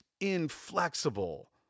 inflexible